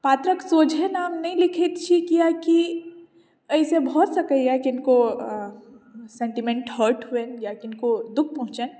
पात्रक सोझे नाम नहि लिखैत छी किआकि एहिसँ भऽ सकैया किनको सेंटीमेंट हर्ट हुए या किनको दुःख पहुँचनि